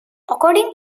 according